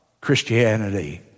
Christianity